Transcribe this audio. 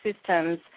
systems